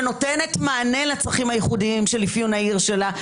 שנותנת מענה לצרכים הייחודיים לפי אפיון העיר שלה.